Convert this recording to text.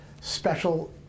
special